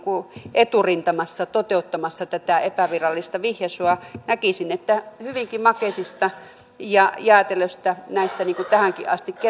eturintamassa toteuttamassa tätä epävirallista vihjaisua näkisin että hyvinkin makeisista ja jäätelöstä niin kuin tähänkin asti